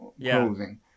closing